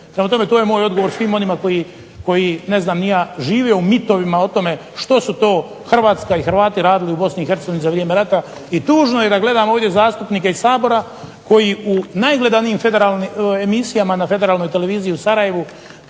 Prema tome, to je moj odgovor koji ne znam ni ja žive u mitovima o tome što su HRvatska i Hrvati radili u BiH za vrijeme rata. I tužno je da gledam ovdje zastupnike iz Sabora koji u najgledanijim emisijama Federalne televizije u Sarajevu